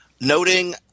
Noting